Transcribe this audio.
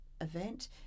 event